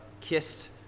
kissed